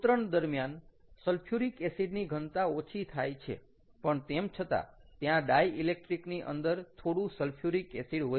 ઉતરણ દરમિયાન સલ્ફ્યુરિક એસિડની ઘનતા ઓછી થાય છે પણ તેમ છતાં ત્યાં ડાઈઇલેક્ટ્રિક ની અંદર થોડું સલ્ફ્યુરિક એસિડ હોય છે